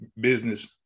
business